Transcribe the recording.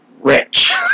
rich